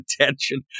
attention